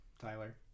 Tyler